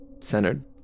centered